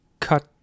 cut